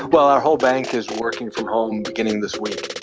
well, our whole bank is working from home beginning this week